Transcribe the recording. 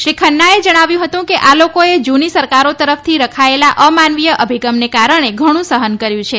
શ્રી ખન્નાએ જણાવ્યું હતું કે આ લોકોએ જુની સરકારો તરફથી રખાયેલા અમાનવીય અભિગમને કારણે ઘણું સફન કર્યું છે